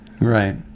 Right